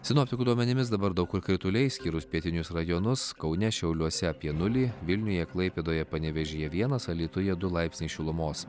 sinoptikų duomenimis dabar daug kur krituliai išskyrus pietinius rajonus kaune šiauliuose apie nulį vilniuje klaipėdoje panevėžyje vienas alytuje du laipsniai šilumos